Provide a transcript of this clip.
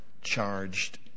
charged